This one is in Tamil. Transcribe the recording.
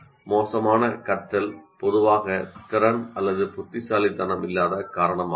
மோசமான கற்றல் பொதுவாக திறன் அல்லது புத்திசாலித்தனம் இல்லாத காரணமாகும்